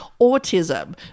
autism